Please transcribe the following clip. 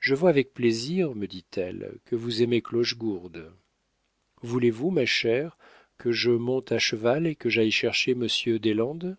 je vois avec plaisir me dit-elle que vous aimez clochegourde voulez-vous ma chère que je monte à cheval et que j'aille chercher monsieur deslandes